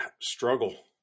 struggle